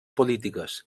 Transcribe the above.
polítiques